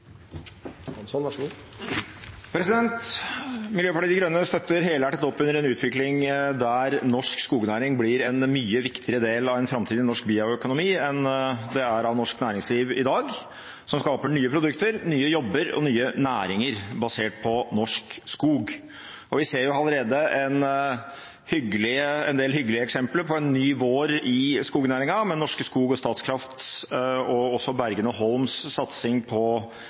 norsk skognæring blir en mye viktigere del av en framtid i norsk bioøkonomi enn den er av norsk næringsliv i dag, som skaper nye produkter, nye jobber og nye næringer basert på norsk skog. Vi ser allerede en del hyggelige eksempler på en ny vår i skognæringen, med Norske Skog, Statkraft og også Bergene Holms satsing på